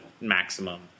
maximum